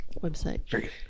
website